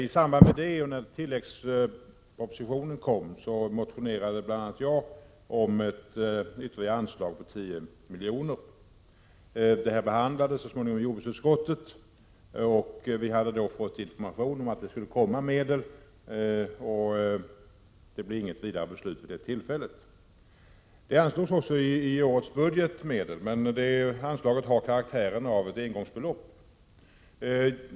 I samband med denna debatt och tilläggspropositionen motionerade bl.a. jag om ett ytterligare anslag om 10 milj.kr. Motionen behandlades så småningom i jordbruksutskottet. Vi hade då fått information om att medel skulle komma att anslås, så det fattades inget beslut i frågan vid det tillfället. I årets budget anslås också medel, men det anslaget har karaktären av ett engångsbelopp.